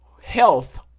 Health